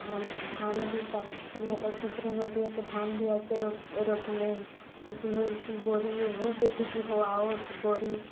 धान धान भी कटती है तब ठेसरिंग होती है तब धान भी ऐसे रो रोपने लगती हो की बोरी वहु पर फिज हो और बोरी